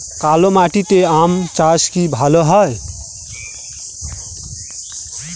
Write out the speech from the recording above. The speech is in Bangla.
কালো মাটিতে আম চাষ কি ভালো হয়?